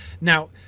Now